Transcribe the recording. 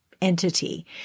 entity